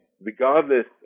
regardless